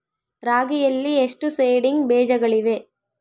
ರಾಗಿಯಲ್ಲಿ ಎಷ್ಟು ಸೇಡಿಂಗ್ ಬೇಜಗಳಿವೆ?